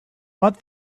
but